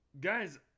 Guys